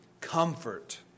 comfort